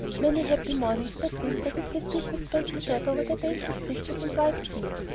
many happy mornings that winter did the sisters spend together over their dainty stitches and white seam.